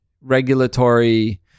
regulatory